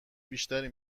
بیشتری